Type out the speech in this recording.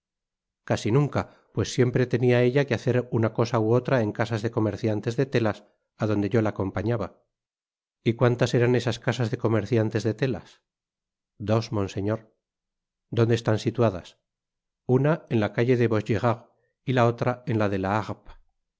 casi nunca pues siempre tenia ella que hacer una cosa ú otra en casas de comerciantes de telas á donde yo la acompañaba y cuantas eran estas casas de comerciantes de telas dos monseñor donde están situadas una en la calle de vaugirard y la otra en la de la